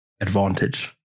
advantage